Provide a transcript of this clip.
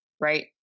Right